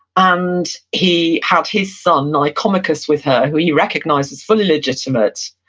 and he had his son, nicomachus, with her, who he recognized as fully legitimate,